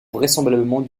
vraisemblablement